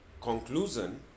conclusion